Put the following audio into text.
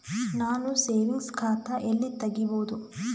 ನಾನು ಸೇವಿಂಗ್ಸ್ ಖಾತಾ ಎಲ್ಲಿ ತಗಿಬೋದು?